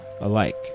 alike